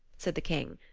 said the king,